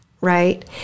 right